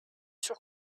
sûr